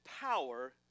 power